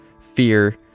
fear